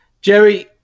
Jerry